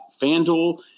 FanDuel